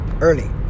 early